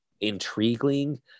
intriguing